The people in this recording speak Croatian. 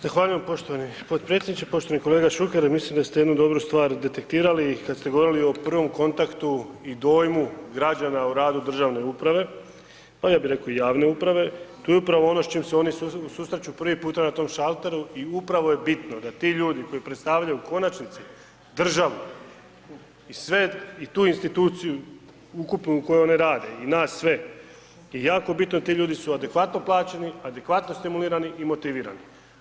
Zahvaljujem poštovani potpredsjedniče, poštovani kolega Šuker mislim da ste jednu dobru stvar detektirali kad ste govorili o provom kontaktu i dojmu građana o radu državne uprave pa ja bi reko i javne uprave, to je upravo ono s čim se oni susreću prvi puta na tom šalteru i upravo je bitno da ti ljudi koji predstavljaju u konačnici državu i sve i tu instituciju, ukupnu u kojoj oni rade i nas sve i jako bitno ti ljudi su adekvatno plaćeni, adekvatno stimulirani i motivirani.